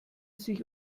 sich